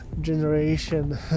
generation